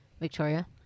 Victoria